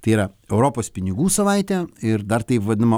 tai yra europos pinigų savaitė ir dar taip vadinama